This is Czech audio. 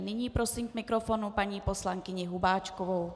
Nyní prosím k mikrofonu paní poslankyni Hubáčkovou.